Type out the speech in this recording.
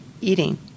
eating